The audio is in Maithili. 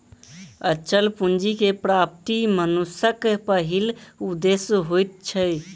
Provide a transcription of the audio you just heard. अचल पूंजी के प्राप्ति मनुष्यक पहिल उदेश्य होइत अछि